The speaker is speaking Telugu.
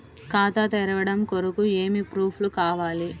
ఖాతా తెరవడం కొరకు ఏమి ప్రూఫ్లు కావాలి?